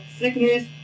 sickness